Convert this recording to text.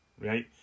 Right